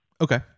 Okay